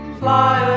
fly